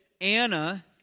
Anna